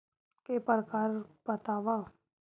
के प्रकार बतावव?